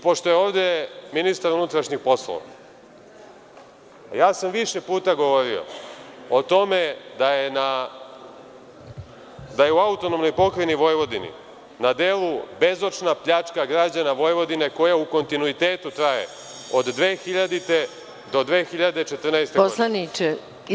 Pošto je ovde ministar unutrašnjih poslova, ja sam više puta govorio o tome da je u AP Vojvodini na delu bezočna pljačka građana Vojvodine, koja u kontinuitetu traje od 2000. do 2014. godine.